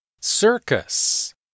Circus